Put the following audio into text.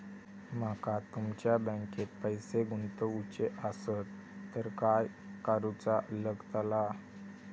माका तुमच्या बँकेत पैसे गुंतवूचे आसत तर काय कारुचा लगतला?